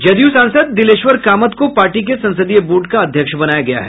जदयू सांसद दिलेश्वर कामत को पार्टी के संसदीय बोर्ड का अध्यक्ष बनाया गया है